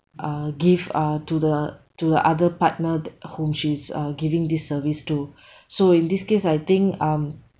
uh give uh to the to the other partner whom she's uh giving this service to so in this case I think um